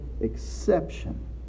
exception